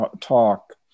talk